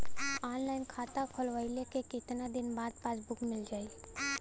Online खाता खोलवईले के कितना दिन बाद पासबुक मील जाई?